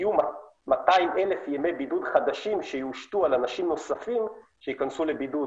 יהיו 200,000 ימי בידוד חדשים שיושתו על אנשים נוספים שייכנסו לבידוד